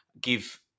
give